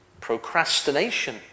Procrastination